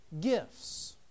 gifts